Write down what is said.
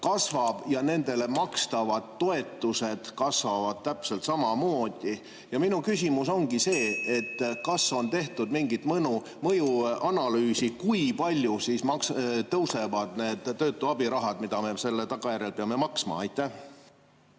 kasvab ja nendele makstavad toetused kasvavad täpselt samamoodi. Minu küsimus ongi see: kas on tehtud mingeid mõjuanalüüse, kui palju tõusevad töötu abirahad, mida me selle tagajärjel peame maksma? Aitäh!